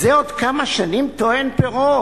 זה עוד כמה שנים טוען פירות?